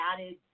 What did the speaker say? added